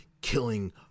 killing